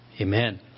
Amen